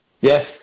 Yes